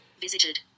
Visited